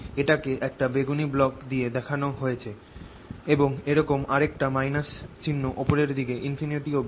এটাকে একটা বেগুনি ব্লক দিয়ে দেখান হয়েছে এবং এরকম আরেকটা - চিহ্ন ওপরের দিকে infinity অব্দি